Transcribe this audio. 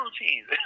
routines